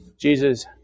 Jesus